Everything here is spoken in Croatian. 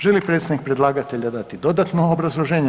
Želi li predstavnik predlagatelja dati dodatno obrazloženje?